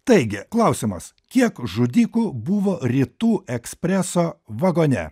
taigi klausimas kiek žudikų buvo rytų ekspreso vagone